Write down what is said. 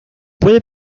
puede